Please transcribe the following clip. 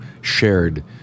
shared